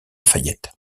fayette